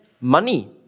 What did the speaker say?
money